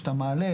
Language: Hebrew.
שאתה מעלה,